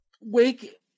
wake